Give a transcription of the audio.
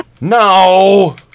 No